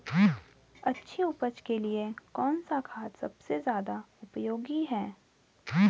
अच्छी उपज के लिए कौन सा खाद सबसे ज़्यादा उपयोगी है?